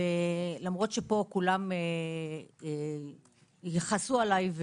ולמרות שפה כולם יכעסו עליי,